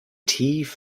tief